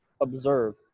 observe